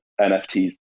NFTs